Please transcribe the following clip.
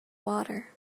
water